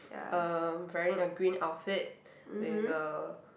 uh wearing a green outfit with a